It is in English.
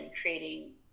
creating